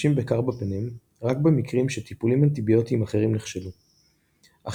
משתמשים בקרבפנם רק במקרים שטיפולים אנטיביוטיים אחרים נכשלו; אך